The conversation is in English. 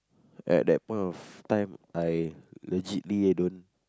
at that point of time I legitly don't